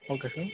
okay sir